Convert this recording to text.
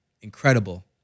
incredible